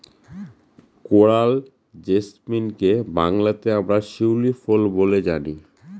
coral জেসমিনকে বাংলাতে আমরা শিউলি ফুল বলে জানি